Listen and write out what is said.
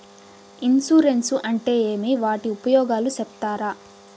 Insurance అంటే ఏమి? వాటి ఉపయోగాలు సెప్తారా?